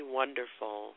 wonderful